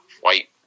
white